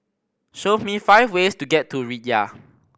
show me five ways to get to Riyadh